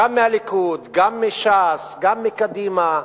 גם מהליכוד, גם מש"ס, גם מקדימה,